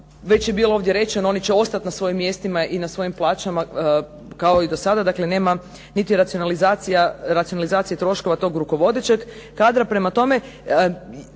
Već je bilo ovdje rečeno oni će ostati na svojim mjestima i na svojim plaćama kao i do sada. Dakle, nema niti racionalizacije troškova toga rukovodećeg kadra. Prema tome,